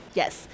yes